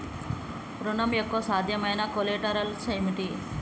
ఋణం యొక్క సాధ్యమైన కొలేటరల్స్ ఏమిటి?